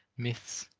myths,